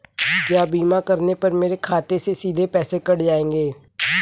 क्या बीमा करने पर मेरे खाते से सीधे पैसे कट जाएंगे?